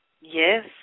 Yes